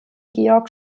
georg